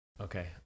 Okay